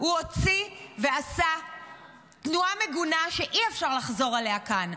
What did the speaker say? הוא הוציא ועשה תנועה מגונה שאי-אפשר לחזור עליה כאן.